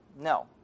no